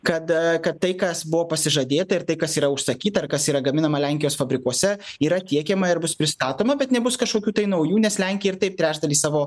kad kad tai kas buvo pasižadėta ir tai kas yra užsakyta ir kas yra gaminama lenkijos fabrikuose yra tiekiama ir bus pristatoma bet nebus kažkokių tai naujų nes lenkija ir taip trečdalį savo